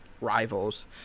rivals